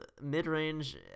mid-range